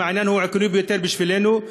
העניין הוא עקרוני ביותר בשבילנו,